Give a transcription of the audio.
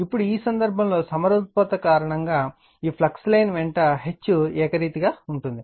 ఇప్పుడు ఈ సందర్భంలో సమరూపత కారణంగా ప్రతి ఫ్లక్స్ లైన్ వెంట H ఏకరీతిగా ఉంటుంది